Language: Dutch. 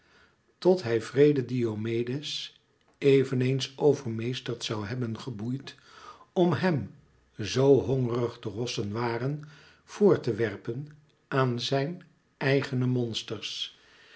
tot hij wreeden diomedes eveneens overmeesterd zoû hebben geboeid om hem zoo hongerig de rossen waren voor te werpen aan zijn eigene monsters